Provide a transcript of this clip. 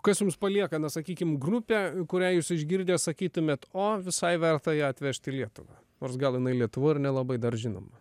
kas jums palieka na sakykim grupę kurią jūs išgirdę sakytumėt o visai verta ją atvežt į lietuvą nors gal jinai lietuvoj ir nelabai dar žinoma